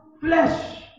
Flesh